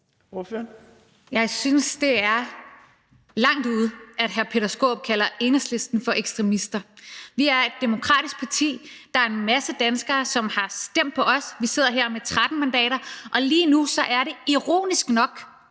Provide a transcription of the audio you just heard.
Jeg synes, det er langt ude, at hr. Peter Skaarup kalder Enhedslisten for ekstremister. Vi er et demokratisk parti. Der er en masse danskere, som har stemt på os. Vi sidder her med 13 mandater. Og lige nu er det ironisk nok